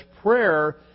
prayer